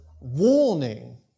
warning